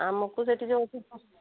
ଆମକୁ ସେଠି ଯାହା ବି ପସନ୍ଦ